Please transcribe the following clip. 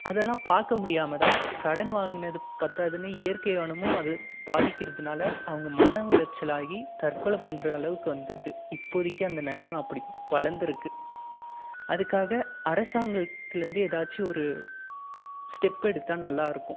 அதெல்லாம் பார்க்க முடியாமல் தான் கடன் வாங்கினது பற்றாதுனு இயற்கை வளமும் அது பாதிக்கிறதுனால் அவங்க மன உளைச்சல் ஆகி தற்கொலை பண்ணுற அளவுக்கு வந்திருது இப்போதைக்கி அந்த நிலைம அப்படி வளர்ந்துருக்கு அதுக்காக அரசாங்கத்திலேருந்து ஏதாச்சும் ஒரு ஸ்டெப் எடுத்தால் நல்லாயிருக்கும்